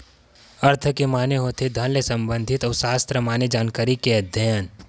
अर्थ के माने होथे धन ले संबंधित अउ सास्त्र माने जानकारी ते अध्ययन